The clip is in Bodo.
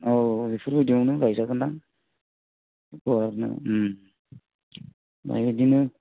औ बेफोरबायदियावनो गायजागोनदां उम बिदिनो